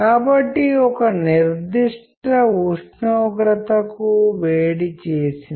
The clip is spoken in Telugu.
కాబట్టి మీ కమ్యూనికేషన్ కష్టంగా ఉంటుందని నేను ముందే చెప్పాను